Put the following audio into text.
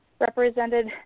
represented